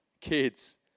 kids